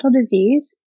disease